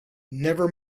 never